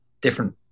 different